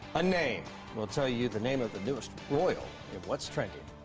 a name we'll tell you the name of the newest royal. in what's trending.